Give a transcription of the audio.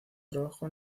trabajo